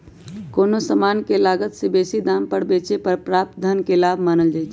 कोनो समान के लागत से बेशी दाम पर बेचे पर प्राप्त धन के लाभ मानल जाइ छइ